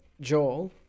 joel